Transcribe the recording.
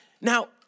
Now